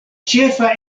ĉefa